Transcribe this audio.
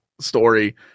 story